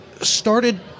started